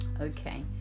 Okay